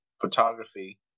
photography